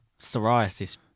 psoriasis